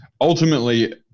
Ultimately